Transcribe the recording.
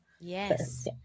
Yes